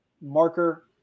marker